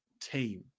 team